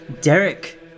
Derek